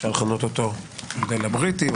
אפשר לכנות אותו המודל הבריטי,